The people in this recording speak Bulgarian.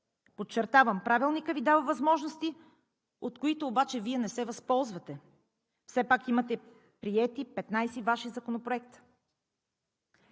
Подчертавам, Правилникът Ви дава възможности, от които обаче Вие не се възползвате. Все пак имате приети 15 Ваши законопроекта.